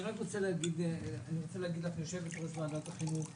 אני רוצה להגיד לך, יושבת-ראש ועדת החינוך,